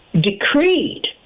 decreed